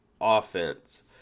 offense